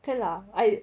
okay lah I